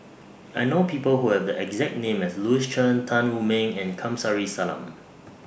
I know People Who Have The exact name as Louis Chen Tan Wu Meng and Kamsari Salam